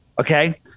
Okay